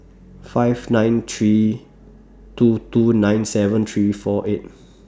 five nine three two two nine seven three four eight